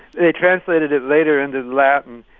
they translated it later into latin,